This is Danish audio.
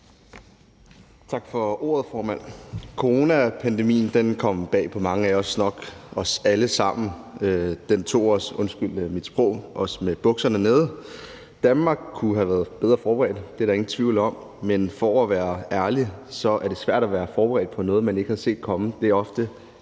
Tak for ordet, formand. Coronapandemien kom bag på mange af os, nok os alle sammen, og den tog os – undskyld mit sprog – med bukserne nede. Danmark kunne have været bedre forberedt, det er der ingen tvivl om, men for at være ærlig er det svært at være forberedt på noget, som man ikke havde set komme. Det er ofte